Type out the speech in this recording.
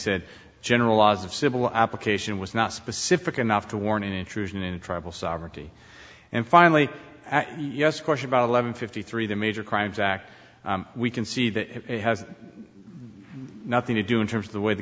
said general laws of civil application was not specific enough to warrant an intrusion in tribal sovereignty and finally yes question about eleven fifty three the major crimes act we can see that it has nothing to do in terms of the way the